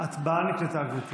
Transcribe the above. ההצבעה נקלטה, גברתי.